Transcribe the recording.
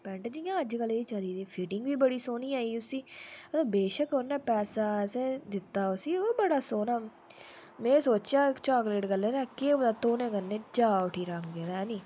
pant जि'यां अजकल चले दियां फिटिंग बी बड़ी सोह्नी आई उसी बेशक उ'नैं पैसा दित्ता उसी ओह् बड़ा सोह्ना में सोचेआ चाकलेट रंग ऐ केह् पता धोनें कन्नै जा उठी रंग एह्दा ऐह्नी